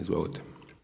Izvolite.